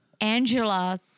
Angela